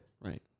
Right